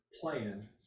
plan